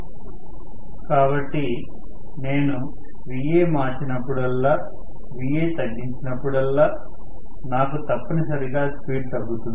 slide సమయం చూడండి 1439 కాబట్టి నేను Va మార్చినప్పుడల్లా Vaతగ్గించి నప్పుడల్లా నాకు తప్పనిసరిగా స్పీడ్ తగ్గుతుంది